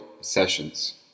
sessions